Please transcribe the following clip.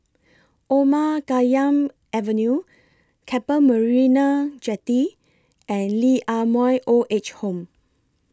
Omar Khayyam Avenue Keppel Marina Jetty and Lee Ah Mooi Old Age Home